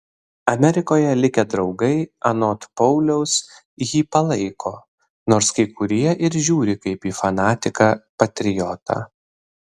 amerikoje likę draugai anot pauliaus jį palaiko nors kai kurie ir žiūri kaip į fanatiką patriotą